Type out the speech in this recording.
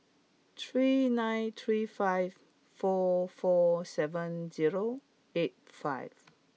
three nine three five four four seven zero eight five